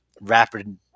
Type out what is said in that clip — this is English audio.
rapid